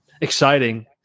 Exciting